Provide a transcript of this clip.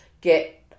get